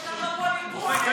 יש לנו פה ויכוח.